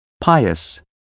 pious